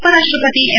ಉಪರಾಷ್ಟ ಪತಿ ಎಂ